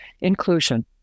Inclusion